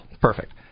Perfect